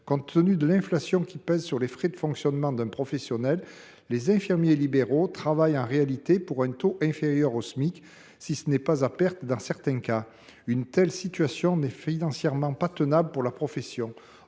Compte tenu de l’inflation qui pèse sur les frais de fonctionnement d’un professionnel, les infirmiers libéraux travaillent en réalité pour un taux inférieur au Smic, si ce n’est à perte dans certains cas. Une telle situation n’est financièrement pas tenable pour la profession.